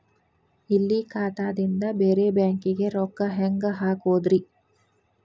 ಇಲ್ಲಿ ಖಾತಾದಿಂದ ಬೇರೆ ಬ್ಯಾಂಕಿಗೆ ರೊಕ್ಕ ಹೆಂಗ್ ಹಾಕೋದ್ರಿ?